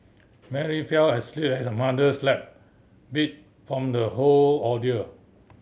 Mary fell asleep at her mother's lap beat from the whole ordeal